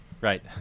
right